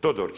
Todorić.